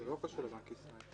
זה לא של בנק ישראל.